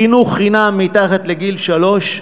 חינוך חינם מתחת לגיל שלוש,